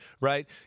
right